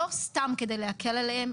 לא סתם כדי להקל עליהם,